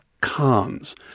cons